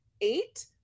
eight